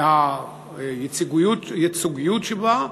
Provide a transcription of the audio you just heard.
מהייצוגיות שבה,